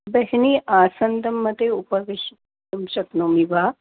बेहनी आसन्दं मध्ये उपविष्टुं शक्नोमि वा